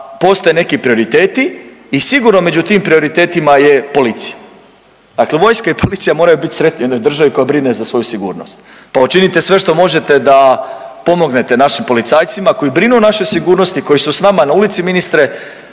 postoje neki prioriteti i sigurno među tim prioritetima je policija. Dakle, vojska i policija moraju biti sretni u jednoj državi koja brine za svoju sigurnost, pa učinite sve što možete da pomognete našim policajcima koji brinu o našoj sigurnosti, koji su sa nama na ulici ministre,